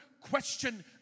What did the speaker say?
question